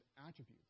attributes